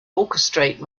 orchestrate